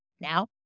Now